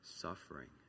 suffering